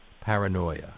paranoia